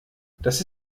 das